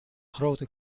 grote